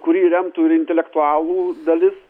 kurį remtų ir intelektualų dalis